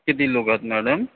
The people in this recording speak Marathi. किती लोक आहात मॅडम